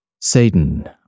Satan